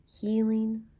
Healing